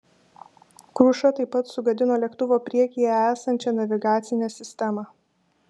kruša taip pat sugadino lėktuvo priekyje esančią navigacinę sistemą